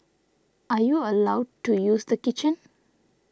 are you allowed to use the kitchen